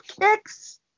kicks